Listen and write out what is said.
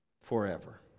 forever